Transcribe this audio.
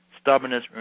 Stubbornness